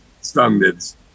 standards